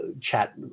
chat